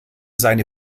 seine